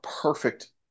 perfect